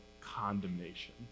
condemnation